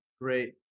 great